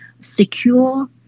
secure